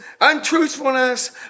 untruthfulness